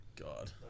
God